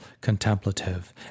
contemplative